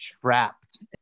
trapped